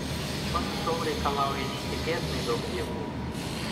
pats šou reikalauja neįtikėtinai daug jėgų